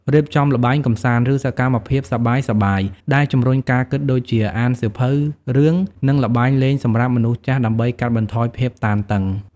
រៀបចំល្បែងកំសាន្ត ឬសកម្មភាពសប្បាយៗដែលជំរុញការគិតដូចជាអានសៀវភៅរឿង និងល្បែងលេងសម្រាប់មនុស្សចាស់ដើម្បីកាត់បន្ថយភាពតានតឹង។